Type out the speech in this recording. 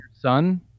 son